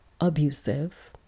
abusive